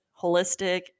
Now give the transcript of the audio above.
holistic